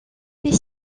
des